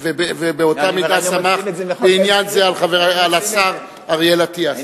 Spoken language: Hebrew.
ובאותה מידה סמך בעניין זה על השר אריאל אטיאס.